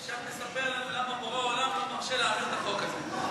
עכשיו תספר לנו למה בורא עולם לא מרשה להעביר את החוק הזה.